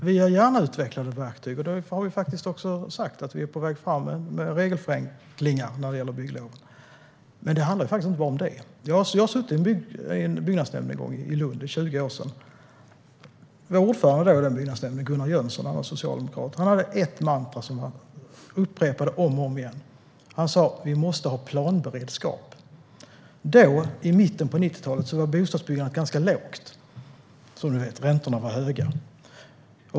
Herr talman! Vi utvecklar gärna verktyg, och vi har också sagt att vi är på väg fram med regelförenklingar när det gäller bygglov. Men det handlar inte bara om det. Jag har suttit i en byggnadsnämnd, i Lund för 20 år sedan. Vår ordförande i byggnadsnämnden, socialdemokraten Gunnar Jönsson, hade ett mantra som han upprepade om och om igen: Vi måste ha planberedskap. Då, i mitten av 90-talet, var bostadsbyggandet som vi vet ganska lågt. Räntorna var höga.